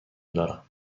دارم